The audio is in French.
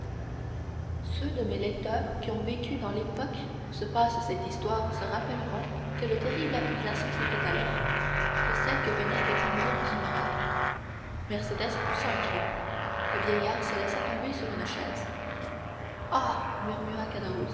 ceux de mes lecteurs qui ont vécu dans l'époque où se passe cette histoire se rappelleront quelle terrible accusation c'était alors que celle que venait de formuler m morrel mercédès poussa un cri le vieillard se laissa tomber sur une chaise ah